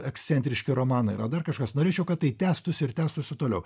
ekscentriški romanai yra dar kažkas norėčiau kad tai tęstųsi ir tęstųsi toliau